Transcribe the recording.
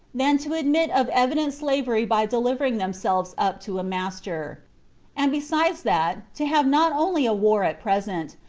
than to admit of evident slavery by delivering themselves up to a master and besides that, to have not only a war at present,